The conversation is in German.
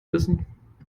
wissen